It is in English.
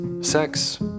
sex